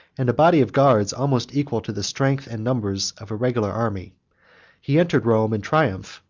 and a body of guards almost equal to the strength and numbers of a regular army he entered rome in triumph,